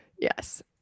yes